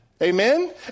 Amen